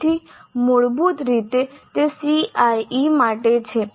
તેથી મૂળભૂત રીતે તે CIE માટે છે